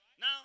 Now